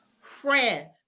friend